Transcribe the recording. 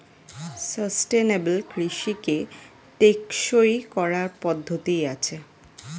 sustainable কৃষিকে টেকসই করার পদ্ধতি আছে